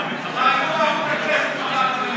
אני קובע כי הצעת החוק לא התקבלה.